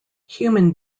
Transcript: human